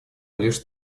лишь